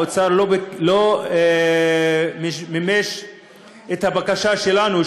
האוצר לא מימש את הבקשה שלנו,